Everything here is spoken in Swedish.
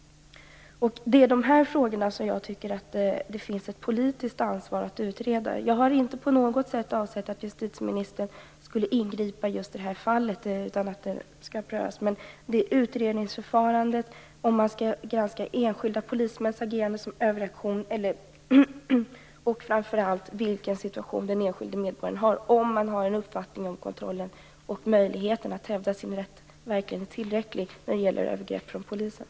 Det är de här frågorna som jag tycker att det finns ett politiskt ansvar för att utreda. Jag har inte på något sätt avsett att justitieministern skulle ingripa i just det här fallet. Det skall prövas. Det är utredningsförfarandet jag avser, om man skall granska enskilda polismäns agerande som överreaktion och framför allt vilken situation den enskilde medborgaren har. Är den uppfattning man har om kontrollen och möjligheten att hävda sin rätt verkligen tillräcklig när det gäller övergrepp från polisen?